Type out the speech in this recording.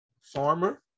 farmer